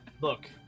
Look